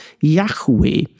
Yahweh